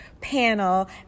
panel